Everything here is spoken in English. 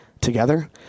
together